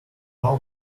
how